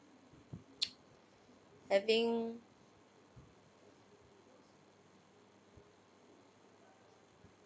I think